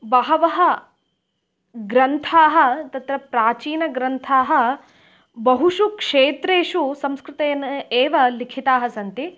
बहवः ग्रन्थाः तत्र प्राचीनग्रन्थाः बहुषु क्षेत्रेषु संस्कृतेन एव लिखिताः सन्ति